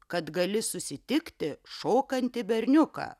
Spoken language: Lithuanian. kad gali susitikti šokantį berniuką